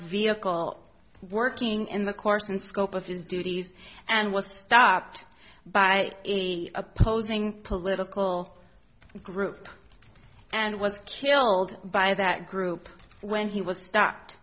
vehicle working in the course and scope of his duties and was stopped by the opposing political group and was killed by that group when he was stopped